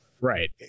Right